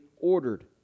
ordered